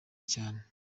cyane